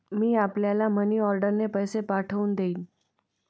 मी आपल्याला मनीऑर्डरने पैसे पाठवून देईन